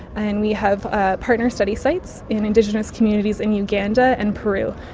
and we have ah partner study sites in indigenous communities in uganda and peru.